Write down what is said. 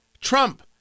Trump